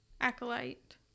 Acolyte